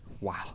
wow